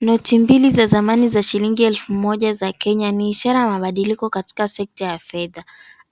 Noti mbili za zamani za shilingi elfu moja za Kenya, ni ishara ya mabadiliko katika sekta ya fedha,